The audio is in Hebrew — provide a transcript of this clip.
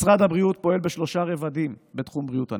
משרד הבריאות פועל בשלושה רבדים בתחום בריאות הנפש: